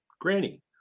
Granny